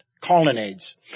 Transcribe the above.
colonnades